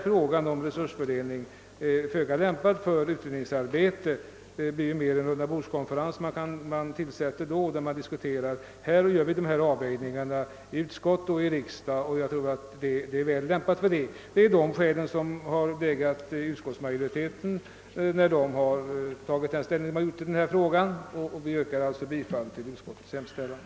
Frågan om resursfördelningen är föga lämpad för utrednings arbete. Däremot kan man diskutera den i utskott och i riksdag. Dessa skäl har väglett utskottsmajoriteten när den tagit ställning till frågan, och jag ber att få yrka bifall till utskottets hemställan.